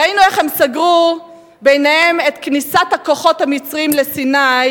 ראינו איך הם סגרו ביניהם את כניסת הכוחות המצריים לסיני: